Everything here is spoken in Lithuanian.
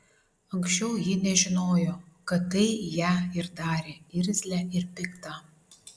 anksčiau ji nežinojo kad tai ją ir darė irzlią ir piktą